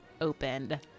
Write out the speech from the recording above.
opened